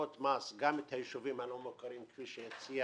להטבות מס גם את היישובים הלא מוכרים כפי שהציע